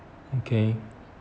okay